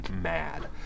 mad